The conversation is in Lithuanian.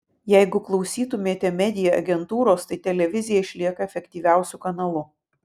jeigu klausytumėte media agentūros tai televizija išlieka efektyviausiu kanalu